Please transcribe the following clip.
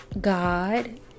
God